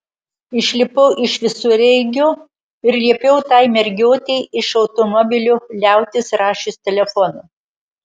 išlipau iš visureigio ir liepiau tai mergiotei iš automobilio liautis rašius telefonu